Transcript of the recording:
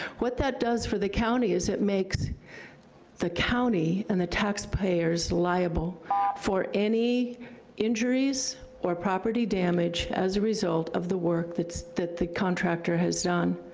what that does for the county is it makes the county and the taxpayers liable for any injuries or property damage as a result of the work that the contractor has done.